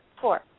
Four